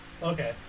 Okay